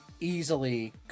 easily